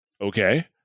okay